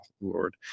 Lord